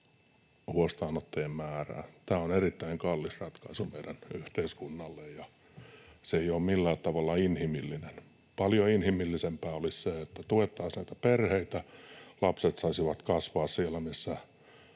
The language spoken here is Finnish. huostaanottojen määrää. Tämä on erittäin kallis ratkaisu meidän yhteiskunnalle, ja se ei ole millään tavalla inhimillinen. Paljon inhimillisempää olisi se, että tuettaisiin näitä perheitä ja lapset saisivat kasvaa siellä, missä